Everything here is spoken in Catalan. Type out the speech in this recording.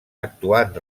actuant